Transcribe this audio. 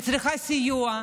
היא צריכה סיוע,